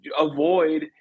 avoid